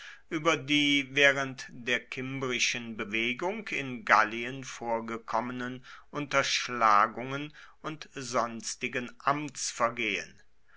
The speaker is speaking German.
über die während der kimbrischen bewegung in gallien vorgekommenen unterschlagungen und sonstigen amtsvergehen